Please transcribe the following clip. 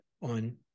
on